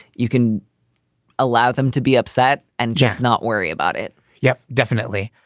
you can allow them to be upset and just not worry about it yeah, definitely.